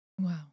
Wow